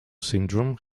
syndrome